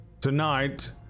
Tonight